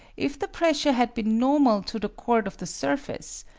if the pressure had been normal to the chord of the surface,